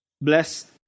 Bless